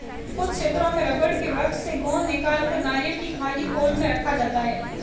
कुछ क्षेत्रों में रबड़ के वृक्ष से गोंद निकालकर नारियल की खाली खोल में रखा जाता है